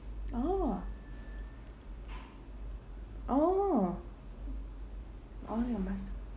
oh oh oh you have mast~